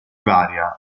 varia